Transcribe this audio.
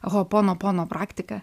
hoponopono praktika